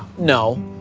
no,